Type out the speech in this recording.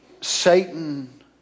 Satan